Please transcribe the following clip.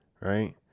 right